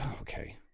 Okay